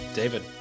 David